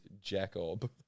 Jacob